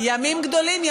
ימים גדולים.